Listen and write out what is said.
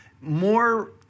more